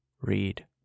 read